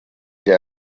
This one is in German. der